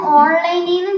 online